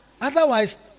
Otherwise